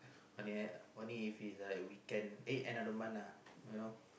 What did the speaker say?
only at only if it's a weekend eh end of the month ah you know